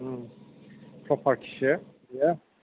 उम प्रपार्टिसो बेयो